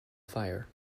fire